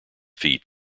feet